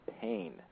pain